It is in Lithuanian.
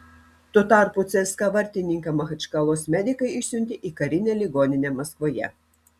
tuo tarpu cska vartininką machačkalos medikai išsiuntė į karinę ligoninę maskvoje